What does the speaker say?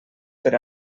per